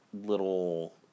little